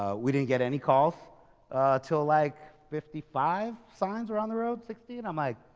ah we didn't get any calls till like fifty five signs were on the road, sixty. and i'm like,